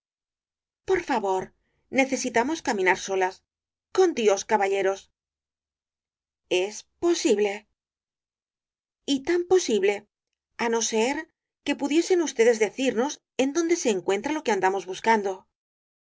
por favor necesitamos caminar solas con dios caballeros es posible y tan posible á no ser que pudiesen ustedes decirnos en dónde se encuentra lo que andamos buscando